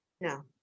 No